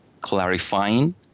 clarifying